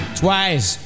twice